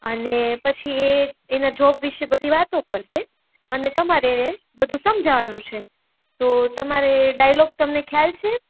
અને પછી એ એના જોબ વિશે બધી વાતો કરશે અને તમારે એને બધું સમજવાનું છે તો તમારે ડાઈલોગ તમને ખ્યાલ છે